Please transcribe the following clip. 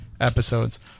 episodes